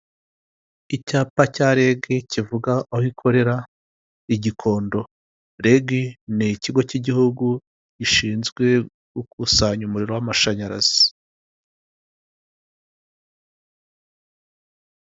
Icyapa cya rege kivuga aho ikorera i Gikondo rege ni ikigo cy'igihugu gishinzwe gukusanya umuriro w'amashanyarazi.